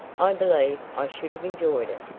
i believe i should have enjoyed it.